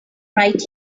right